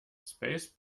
space